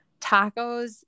tacos